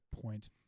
point